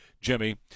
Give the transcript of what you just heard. Jimmy